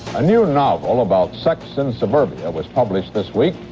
a new novel about sex in suburbia was published this week,